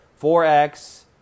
4x